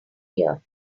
year